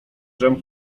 dżem